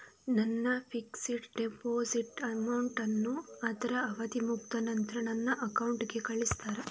ನನ್ನ fixed deposit amount ಅನ್ನು ಅದ್ರ ಅವಧಿ ಮುಗ್ದ ನಂತ್ರ ನನ್ನ ಅಕೌಂಟ್ ಗೆ ಕಳಿಸ್ತೀರಾ?